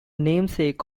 namesake